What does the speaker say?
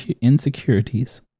insecurities